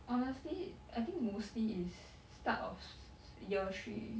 honestly I think mostly is start of year three